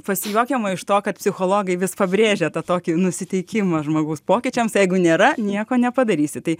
pasijuokiama iš to kad psichologai vis pabrėžia tą tokį nusiteikimą žmogaus pokyčiams jeigu nėra nieko nepadarysi tai